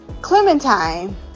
clementine